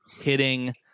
hitting